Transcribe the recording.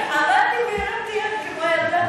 עמדתי והרמתי יד כמו ילדה קטנה.